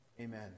Amen